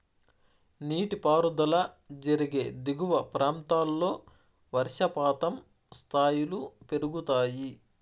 నీటిపారుదల జరిగే దిగువ ప్రాంతాల్లో వర్షపాతం స్థాయిలు పెరుగుతాయి